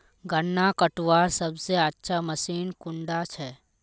गन्ना कटवार सबसे अच्छा मशीन कुन डा छे?